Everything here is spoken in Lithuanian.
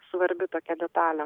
svarbi tokia detalė